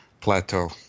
plateau